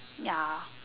ya